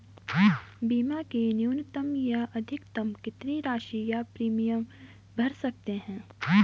बीमा की न्यूनतम या अधिकतम कितनी राशि या प्रीमियम भर सकते हैं?